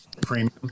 premium